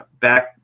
back